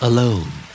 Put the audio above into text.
Alone